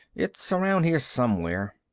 it's around here somewhere.